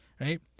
right